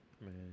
Man